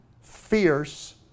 fierce